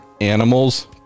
animals